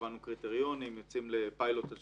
קבענו קריטריונים, יוצאים לפיילוט על